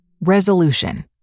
Resolution